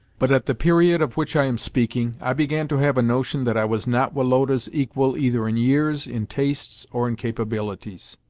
but at the period of which i am speaking, i began to have a notion that i was not woloda's equal either in years, in tastes, or in capabilities.